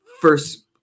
first